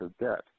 debt